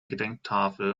gedenktafel